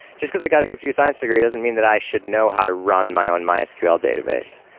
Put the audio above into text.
just because i got a computer science degree doesn't mean that i should know how to run my own mysql database.